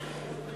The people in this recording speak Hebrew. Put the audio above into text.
אני